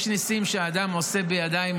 יש ניסים שאדם עושה בידיים,